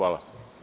Hvala.